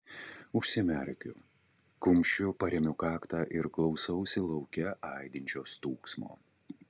užsimerkiu kumščiu paremiu kaktą ir klausausi lauke aidinčio stūgsmo